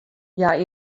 hja